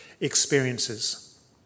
experiences